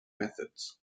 methods